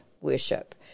worship